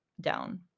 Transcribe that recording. down